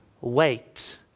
wait